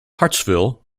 hartsville